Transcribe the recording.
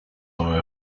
over